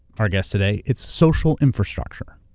our guest today, it's social infrastructure.